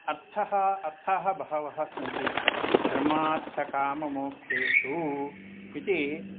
अर्थः अर्थाः बहवः सन्ति धर्मार्थकाममोक्षेषु इति